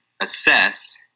assess